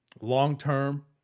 Long-term